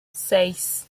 seis